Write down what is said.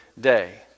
day